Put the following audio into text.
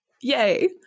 Yay